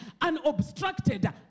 unobstructed